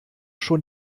schon